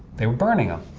they were burning them.